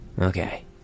Okay